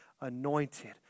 anointed